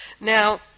Now